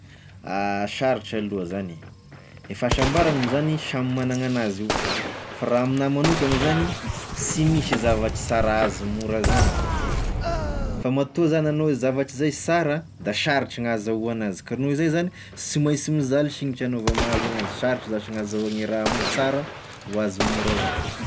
Sarotra aloha zany, e fahasambarana moa zany, samy magna gn'anazy io, fa raha amignahy manokagny zany, sy misy zavatry sara azo mora zany fa matoa zany anao hoe zavatry zay sara da sarotry gn'ahazaho an'azy ka noho izay zany sy mainsy mizaly signitry anao vao mahazo an'azy, sarotry zash gn'ahazahoagne raha moa sara ho azo mora zany.